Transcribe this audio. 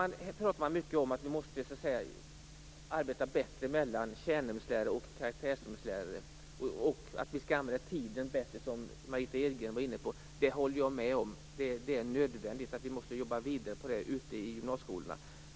Man talar mycket om att det måste vara bättre arbete mellan kärnämneslärare och karaktärsämneslärare och att vi skall använda tiden bättre, som Margitta Edgren var inne på. Det håller jag med om. Det är nödvändigt. Vi måste arbeta vidare med det ute på gymnasieskolorna.